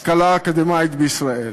השכלה אקדמית בישראל.